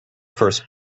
first